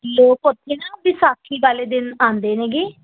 ਲੋਕ ਉੱਥੇ ਨਾ ਵਿਸਾਖੀ ਵਾਲੇ ਦਿਨ ਆਉਂਦੇ ਨੇਗੇ